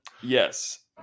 yes